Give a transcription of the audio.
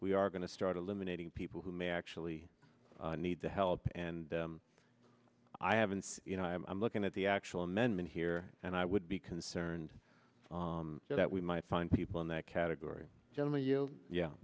we are going to start eliminating people who may actually need to help and i haven't seen you know i'm looking at the actual amendment here and i would be concerned that we might find people in that category generally you yeah